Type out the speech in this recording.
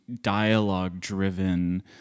dialogue-driven